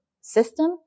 system